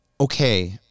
okay